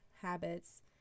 habits